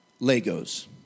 Legos